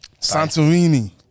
Santorini